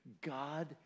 God